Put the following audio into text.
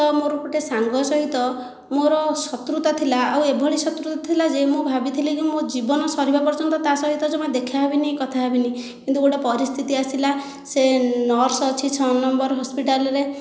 ତ ମୋର ଗୋଟିଏ ସାଙ୍ଗ ସହିତ ମୋର ଶତ୍ରୁତା ଥିଲା ଆଉ ଏଭଳି ଶତ୍ରୁତା ଥିଲା ଯେ ମୁଁ ଭାବିଥିଲି କି ମୋ ଜୀବନ ସାରିବା ପର୍ଯ୍ୟନ୍ତ ତା'ସହିତ ଜମା ଦେଖାହେବିନି କି କଥା ହେବିନି କିନ୍ତୁ ଗୋଟିଏ ପରିସ୍ଥିତି ଆସିଲା ସେ ନର୍ସ ଅଛି ଛଅ ନମ୍ବର ହସ୍ପିଟାଲରେ